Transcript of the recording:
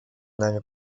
нами